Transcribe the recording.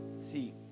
see